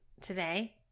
today